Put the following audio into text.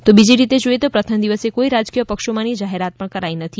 તો બીજી રીતે જોઇએ તો પ્રથમ દિવસે કોઇ રાજકીય પક્ષોમાંની જાહેરાત પણ કરી નથી